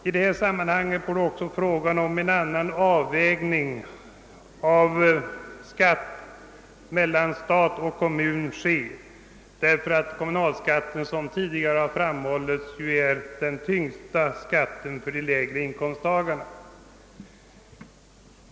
I detta sammanhang borde också frågan om en annan avvägning mellan statlig och kommunal skatt tas upp, eftersom kommunalskatten — såsom tidigare har framhållits — är den tyngsta skatten för de lägre inkomsttagarna.